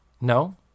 No